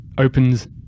opens